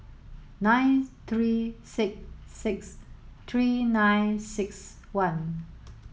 nine three six six three nine six one